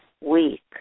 week